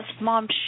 mom